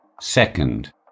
Second